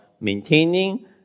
maintaining